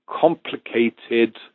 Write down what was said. complicated